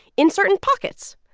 in certain pockets.